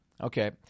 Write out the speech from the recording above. Okay